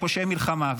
"פושעי מלחמה".